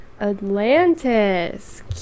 Atlantis